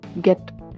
get